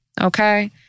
Okay